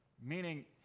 Meaning